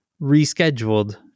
rescheduled